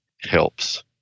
helps